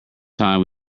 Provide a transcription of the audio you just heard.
time